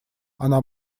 она